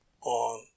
on